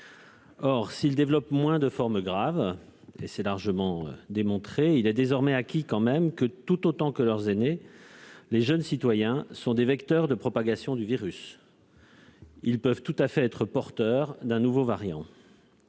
Or, s'ils développent moins de formes graves- c'est largement démontré -, il est désormais acquis que, tout autant que leurs aînés, les jeunes citoyens sont des vecteurs de propagation du virus. Ils peuvent tout à fait être porteurs d'un nouveau variant.